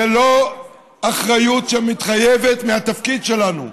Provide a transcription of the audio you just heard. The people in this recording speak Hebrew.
זו לא אחריות שמתחייבת מהתפקיד שלנו.